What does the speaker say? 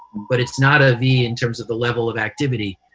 but it's not a v in terms of the level of activity.